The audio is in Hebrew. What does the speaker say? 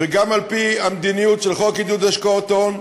וגם על-פי המדיניות של החוק לעידוד השקעות הון,